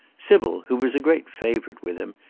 sybil, who was a great favourite with him,